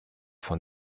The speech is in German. von